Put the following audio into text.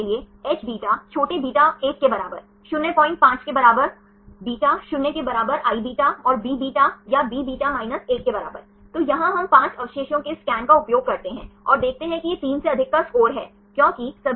उदाहरण के लिए यदि आपके पास प्रोटीन 3 डी संरचनाएं हैं या मैं निर्देशांक दे सकता हूं तो यह xyz समन्वय है यदि आप xyz समन्वय करते हैं तो हम दूरी की गणना कर सकते हैं सही